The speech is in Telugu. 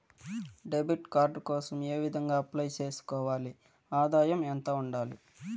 డెబిట్ కార్డు కోసం ఏ విధంగా అప్లై సేసుకోవాలి? ఆదాయం ఎంత ఉండాలి?